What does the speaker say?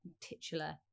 titular